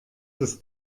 dass